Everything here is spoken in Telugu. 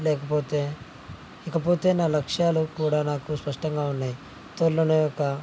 లేకపోతే ఇకపోతే నా లక్ష్యాలు కూడా నాకు స్పష్టంగా ఉన్నాయి త్వరలోనే ఈయొక్క